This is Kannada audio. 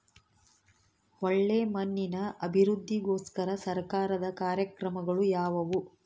ಒಳ್ಳೆ ಮಣ್ಣಿನ ಅಭಿವೃದ್ಧಿಗೋಸ್ಕರ ಸರ್ಕಾರದ ಕಾರ್ಯಕ್ರಮಗಳು ಯಾವುವು?